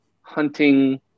hunting